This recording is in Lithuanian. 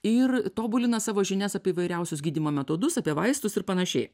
ir tobulina savo žinias apie įvairiausius gydymo metodus apie vaistus ir panašiai